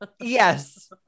Yes